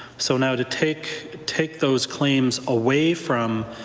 so now to take take those claims away from